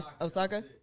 Osaka